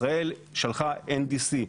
ישראל שלחה BDC,